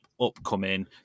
upcoming